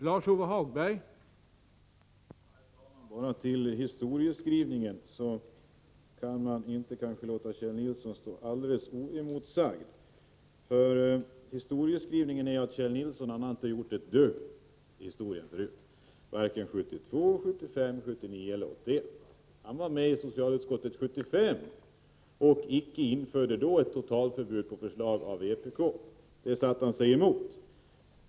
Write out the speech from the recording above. Herr talman! När det gäller historieskrivningen kan man inte låta Kjell Nilsson stå alldeles oemotsagd. För den riktiga historieskrivningen är ju den att Kjell Nilsson inte har gjort ett dugg, varken 1972, 1975, 1979 eller 1981. Han var med i socialutskottet 1975 men medverkade inte till att införa det totalförbud som föreslogs av vpk. Han satte sig emot förslaget.